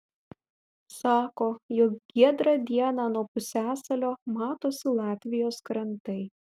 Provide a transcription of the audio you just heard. sako jog giedrą dieną nuo pusiasalio matosi latvijos krantai